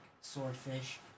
swordfish